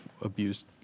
abused